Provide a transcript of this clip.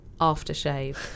aftershave